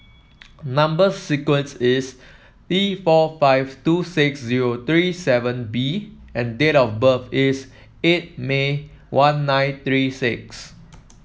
number sequence is T four five two six zero three seven B and date of birth is eight May one nine three six